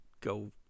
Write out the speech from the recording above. go